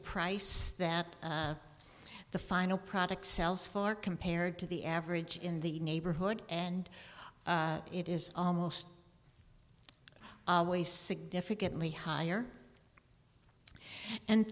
price that the final product sells for compared to the average in the neighborhood and it is almost always significantly higher and